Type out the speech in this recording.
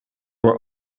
were